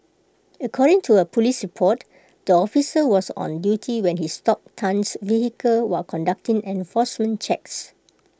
according to A Police port the officer was on duty when he stopped Tan's vehicle while conducting enforcement checks